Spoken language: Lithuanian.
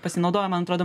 pasinaudojo man atrodo